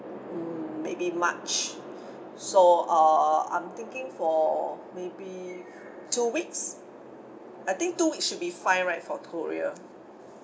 mm may be march so uh I'm thinking for maybe two weeks I think two weeks should be fine right for korea